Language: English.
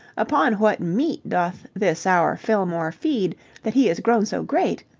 upon what meat doth this our fillmore feed that he is grown so great?